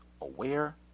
aware